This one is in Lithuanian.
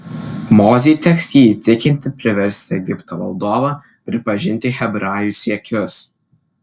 mozei teks jį įtikinti priversti egipto valdovą pripažinti hebrajų siekius